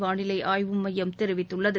வானிலை ஆய்வு மையம் தெரிவித்துள்ளது